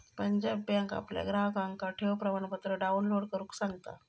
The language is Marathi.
पंजाब बँक आपल्या ग्राहकांका ठेव प्रमाणपत्र डाउनलोड करुक सांगता